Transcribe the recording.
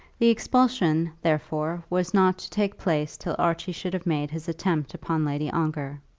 the expulsion, therefore, was not to take place till archie should have made his attempt upon lady ongar.